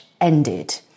ended